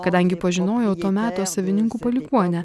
kadangi pažinojau to meto savininkų palikuonę